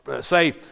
say